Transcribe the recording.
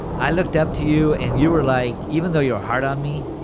i looked up to you, and you were like, even though you were hard on me,